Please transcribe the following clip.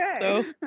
Okay